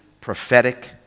prophetic